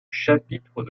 chapitre